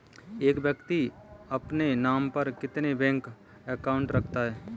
एक व्यक्ति अपने नाम पर कितने बैंक अकाउंट रख सकता है?